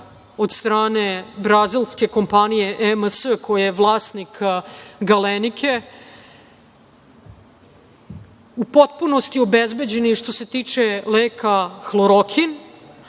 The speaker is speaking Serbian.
od strane brazilske kompanije EMS koja je vlasnik "Galenike" u potpunosti obezbeđeni što se tiče leka